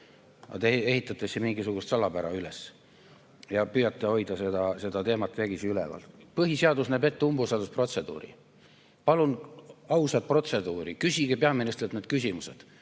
te ehitate siin mingisugust salapära üles ja püüate hoida seda teemat vägisi üleval. Põhiseadus näeb ette umbusaldusprotseduuri – palun, aus protseduur. Küsige peaministrilt need küsimused.